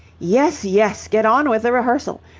yes, yes! get on with the rehearsal.